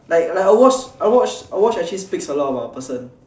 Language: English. like like a watch actually speaks a lot about a person